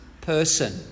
person